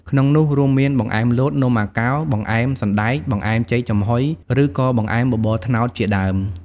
ក្នុងនោះរួមមាន បង្អែមលត នំអាកោ បង្អែមសណ្តែក បង្អែមចេកចំហុយ ឬក៏បង្អែមបបរត្នោតជាដើម ។